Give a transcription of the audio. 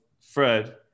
Fred